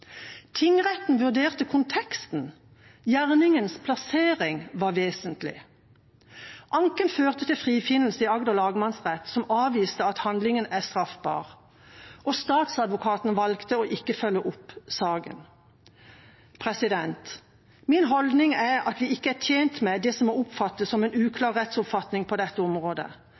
Tingretten vurderte konteksten, gjerningens plassering var vesentlig. Anken førte til frifinnelse i Agder lagmannsrett, som avviste at handlingen er straffbar, og statsadvokaten valgte å ikke følge opp saken. Min holdning er at vi ikke er tjent med det som må oppfattes som en uklar rettsoppfatning på dette området.